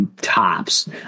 tops